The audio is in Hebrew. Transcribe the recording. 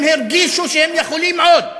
הם הרגישו שהם יכולים עוד.